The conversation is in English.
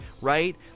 right